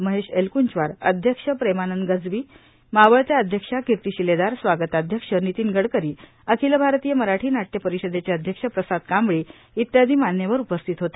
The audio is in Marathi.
महेश एलकंचवार अध्यक्ष प्रेमानंद गज्बी मावळत्या अध्यक्षा कीर्ती शिलेदार स्वागताध्यक्ष नितीन गडकरी अखिल भारतीय मराठी नाटय परिषदेचे अध्यक्ष प्रसाद कांबळी इत्यादी मान्यवर उपस्थित होते